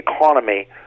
economy